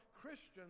Christians